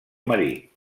marit